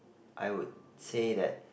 I would say that